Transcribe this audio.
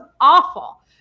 awful